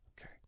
okay